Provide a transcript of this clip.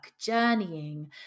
journeying